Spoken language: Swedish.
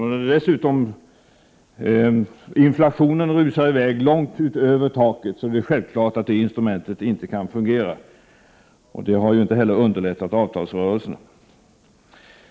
Om dessutom inflationen rusar i väg långt utöver taket är det självklart att det instrumentet inte kan fungera. Det har inte heller underlättat avtalsrörelsen.